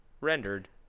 Rendered